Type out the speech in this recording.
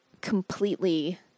completely